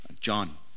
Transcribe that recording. John